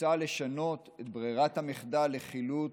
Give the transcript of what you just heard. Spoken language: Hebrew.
מוצע לשנות את ברירת המחדל לחילוט